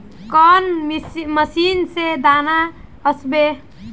कौन मशीन से दाना ओसबे?